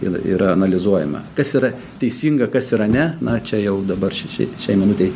ir yra analizuojama kas yra teisinga kas yra ne na čia jau dabar šia šiai šiai minutei